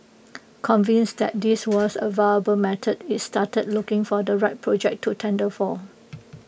convinced that this was A viable method IT started looking for the right project to tender for